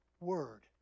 word